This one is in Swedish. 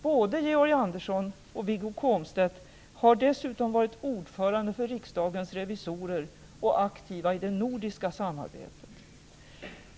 Både Georg Andersson och Wiggo Komstedt har dessutom varit ordförande för riksdagens revisorer och aktiva i det nordiska samarbetet.